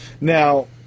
Now